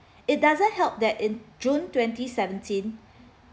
it doesn't help that in june twenty seventeen